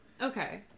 Okay